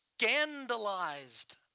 scandalized